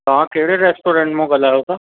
तव्हां कहिड़े रेस्टोरंट मां ॻाल्हायो था